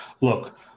look